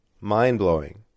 mind-blowing